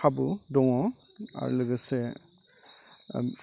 खाबु दङ आरो लोगोसे